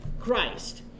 Christ